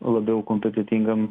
labiau kompetentingam